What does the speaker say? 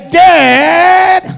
dead